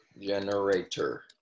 generator